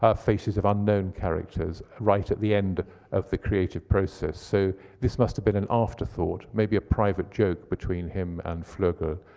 ah faces of unknown characters right at the end of the creative process. so this must have been an afterthought, maybe a private joke between him and vleughels. ah